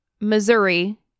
Missouri